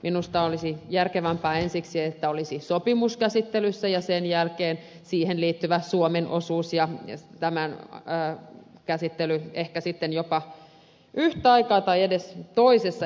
minusta olisi järkevämpää että ensiksi olisi sopimus käsittelyssä ja sen jälkeen siihen liittyvä suomen osuus ja tämän käsittely ehkä jopa yhtä aikaa tai edes toisessa järjestyksessä